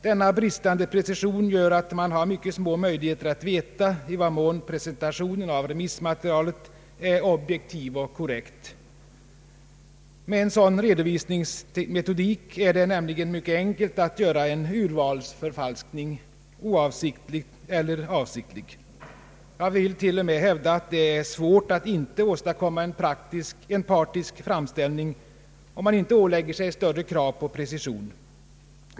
Denna bristande precision gör att man har mycket små möjligheter att veta i vad mån presentationen av remissmaterialet är objektiv och korrekt. Med en sådan redovisningsmetodik är det nämligen mycket enkelt att göra en urvalsförfalskning — oavsiktligt eller avsiktligt. Jag vill till och med hävda att det är svårt att inte åstadkomma en partisk framställning, om man inte ålägger sig större krav och precision.